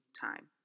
time